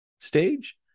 stage